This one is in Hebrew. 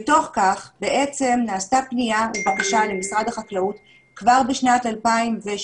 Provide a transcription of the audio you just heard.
בתוך כך בעצם נעשתה פנייה ובקשה למשרד החקלאות כבר בשנת 2017